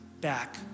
back